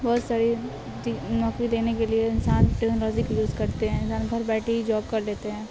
بہت ساری نوکری دینے کے لیے انسان ٹیکنالوجی کے یوز کرتے ہیں انسان گھر بیٹھے ہی جاب کر لیتے ہیں